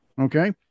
Okay